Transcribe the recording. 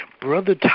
Brother